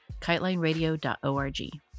KiteLineRadio.org